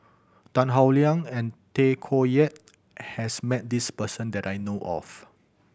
Tan Howe Liang and Tay Koh Yat has met this person that I know of